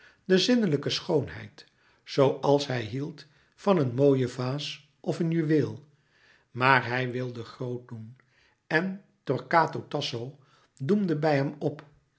de zinnelijke schoonheid zooals hij hield van een mooie vaas of een juweel maar hij wilde groot doen en torquato tasso doemde bij hem op